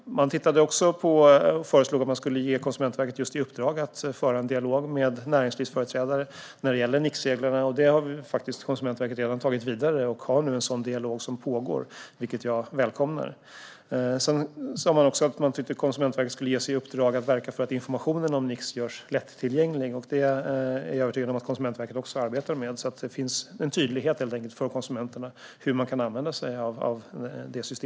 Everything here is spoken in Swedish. Ett förslag var också att man skulle ge Konsumentverket i uppdrag att föra en dialog med näringslivsföreträdare när det gäller Nixreglerna. Konsumentverket har redan tagit det vidare och det pågår nu en sådan dialog, vilket jag välkomnar. Man sa också att man tycker att Konsumentverket skulle ges i uppdrag att verka för att informationen om Nix görs lättillgänglig. Det är jag övertygad om att Konsumentverket också arbetar med, så att det blir tydligt för konsumenterna hur det systemet kan användas.